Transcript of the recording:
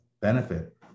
benefit